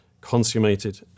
consummated